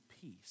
peace